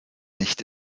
nicht